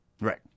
Right